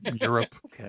Europe